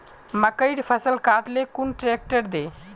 मकईर फसल काट ले कुन ट्रेक्टर दे?